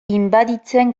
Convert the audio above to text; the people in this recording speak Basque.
inbaditzen